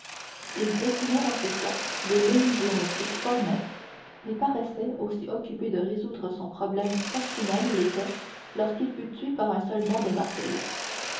il dessinait dans ce cercle des lignes géométriques fort nettes et paraissait aussi occupé de résoudre son problème qu'archimède l'était lorsqu'il fut tué par un soldat de marcellus